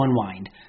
unwind